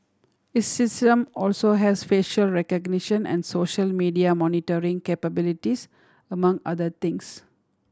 its system also has facial recognition and social media monitoring capabilities among other things